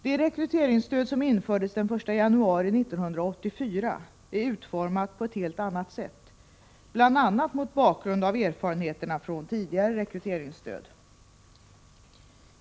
Det rekryteringsstöd som infördes den 1 januari 1984 är utformat på ett helt annat sätt, bl.a. mot bakgrund av erfarenheterna från tidigare rekryteringsstöd.